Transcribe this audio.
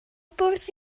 bwrdd